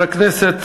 חבר הכנסת